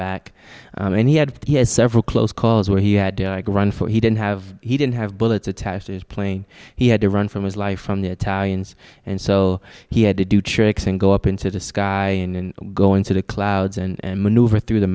back and he had he has several close calls where he had to run for he didn't have he didn't have bullets attached to his plane he had to run from his life from the italians and so he had to do tricks and go up into the sky and go into the clouds and maneuver through the